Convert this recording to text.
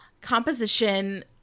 composition